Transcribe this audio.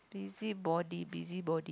busybody busybody